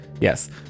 yes